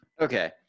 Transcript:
Okay